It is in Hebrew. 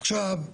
עכשיו,